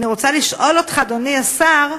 אני רוצה לשאול אותך, אדוני השר: